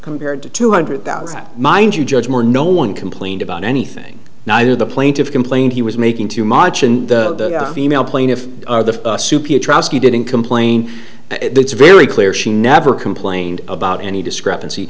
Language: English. compared to two hundred thousand mind you judge moore no one complained about anything neither the plaintiffs complained he was making too much and the female plaintiff the soupy atrocity didn't complain it's very clear she never complained about any discrepancy